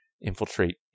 infiltrate